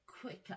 quicker